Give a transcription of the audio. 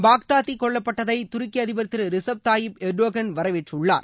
Baghdadi கொல்லப்பட்டதை துருக்கி அதிபர் திரு ரிஸப் தாயிப் எர்டோகான் வரவேற்றுள்ளார்